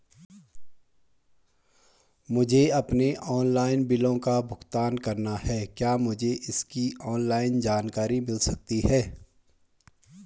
मुझे अपने ऑनलाइन बिलों का भुगतान करना है क्या मुझे इसकी जानकारी मिल सकती है?